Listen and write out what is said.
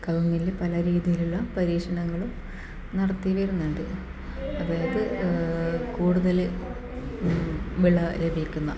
കവുങ്ങില് പല രീതിയിലുള്ള പരീക്ഷണങ്ങളും നടത്തി വരുന്നുണ്ട് അപ്പം ഇത് കൂടുതല് വിള ലഭിക്കുന്ന